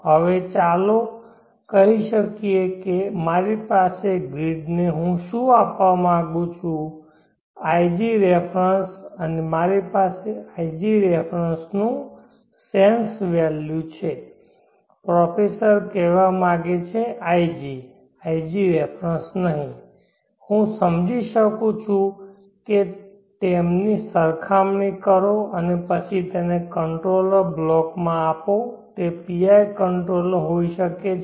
હવે ચાલો કહી શકીએ કે મારી પાસે ગ્રીડને હું શું આપવા માંગુ છું ig રેફરન્સ અને મારી પાસે ig રેફરન્સ નું સેન્સ વેલ્યુ છે પ્રોફેસર કહેવા માંગે છે ig ig રેફરન્સ નહીં હું સમજી શકું છું કે તેમની સરખામણી કરો અને પછી તેને કંટ્રોલર બ્લોક માંઆપો તે PI કંટ્રોલર હોઈ શકે છે